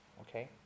okay